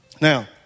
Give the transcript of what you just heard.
Now